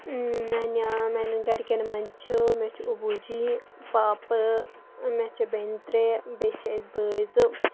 میانہِ میٲنین گرِ کین منٛز چھُ مےٚ چھُ ابو جی پاپہٕ مےٚ چھےٚ بیٚنہِ ترٛےٚ بیٚیہِ چھِ أسۍ بٲے زٕ